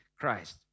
Christ